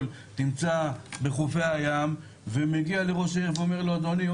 נמצא בחופי הים ומגיע לראש העיר ואומר לו אדוני,